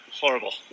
Horrible